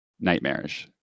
nightmarish